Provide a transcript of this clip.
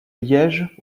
liège